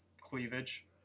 cleavage